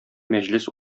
мәҗлес